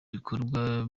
ibikorwa